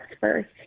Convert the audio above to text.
first